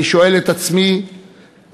אני שואל את עצמי ואתכם,